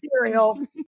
cereal